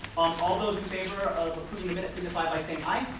all those in favor of approving the minutes signify by saying aye.